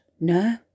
no